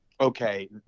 Okay